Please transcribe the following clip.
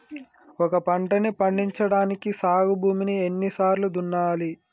ఒక పంటని పండించడానికి సాగు భూమిని ఎన్ని సార్లు దున్నాలి?